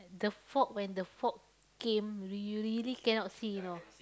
the fog when the fog came you really cannot see you know